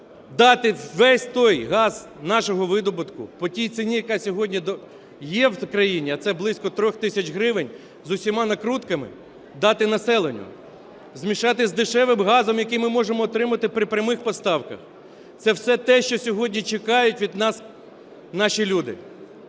дати весь той газ нашого видобутку по тій ціні, яка сьогодні є в країні, а це близько 3 тисяч гривень з усіма накрутками, дати населенню. Змішати з дешевим газом, який ми можемо отримати при прямих поставках. Це все те, що сьогодні чекають від нас наші люди.